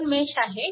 दोन मेश आहेत